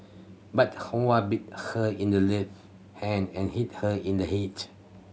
but Huang bit her in the left hand and hit her in the head